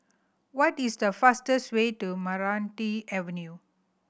what is the fastest way to Meranti Avenue